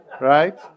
Right